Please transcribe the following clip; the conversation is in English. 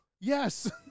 Yes